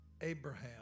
Abraham